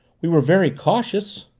we were very cautious.